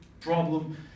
problem